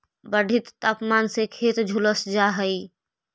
बढ़ित तापमान से खेत झुलस जा हई